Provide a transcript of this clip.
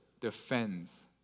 defends